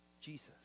Jesus